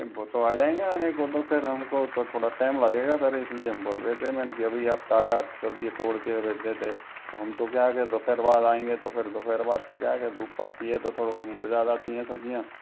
वो तो आ जाएंगे आने को तो ख़ैर हम को तो थोड़ा टाइम लगेगा सर इस लिए हम बोल रहें थे मैं ने कि आप ताज़ा सब्ज़ी तोड़ के भेज देते तो हम तो क्या अगर दोपहर बाद आएंगे तो फिर दोपहर बाद धूप पड़ती है तो मुरझा जाती है सब्ज़ियाँ